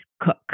cook